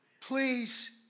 Please